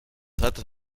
datos